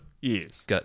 Yes